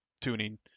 tuning